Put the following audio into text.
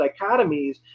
dichotomies